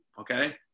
okay